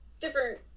different